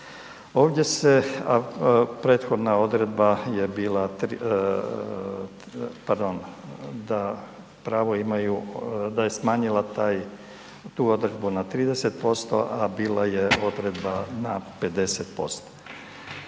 Ovdje se, a prethodna odredba je bila, pardon da pravo imaju, da je smanjila taj, tu odredbu na 30%, a bila je odredba na 50%.